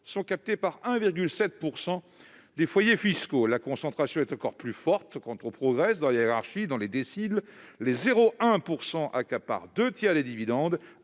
sont captés par 1,7 % des foyers fiscaux. La concentration est encore plus forte quand on progresse dans la hiérarchie des déciles : 0,1 % des foyers accaparent les deux tiers des dividendes,